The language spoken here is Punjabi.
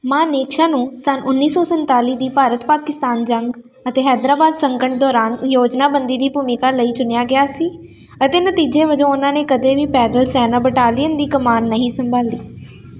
ਮਾਨੇਕਸ਼ਾ ਨੂੰ ਸੰਨ ਉੱਨੀ ਸੌ ਸੰਤਾਲੀ ਦੀ ਭਾਰਤ ਪਾਕਿਸਤਾਨ ਜੰਗ ਅਤੇ ਹੈਦਰਾਬਾਦ ਸੰਕਟ ਦੌਰਾਨ ਯੋਜਨਾਬੰਦੀ ਦੀ ਭੂਮਿਕਾ ਲਈ ਚੁਣਿਆ ਗਿਆ ਸੀ ਅਤੇ ਨਤੀਜੇ ਵਜੋਂ ਉਹਨਾਂ ਨੇ ਕਦੇ ਵੀ ਪੈਦਲ ਸੈਨਾ ਬਟਾਲੀਅਨ ਦੀ ਕਮਾਨ ਨਹੀਂ ਸੰਭਾਲੀ